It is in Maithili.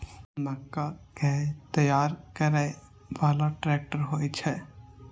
मक्का कै तैयार करै बाला ट्रेक्टर होय छै?